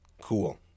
Cool